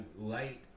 light